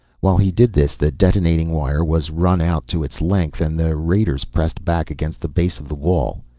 while he did this the detonating wire was run out to its length and the raiders pressed back against the base of the wall.